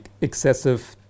excessive